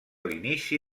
l’inici